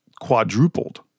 quadrupled